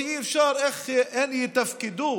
שאי-אפשר לדעת איך הן יתפקדו?